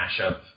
mashup